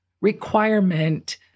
requirement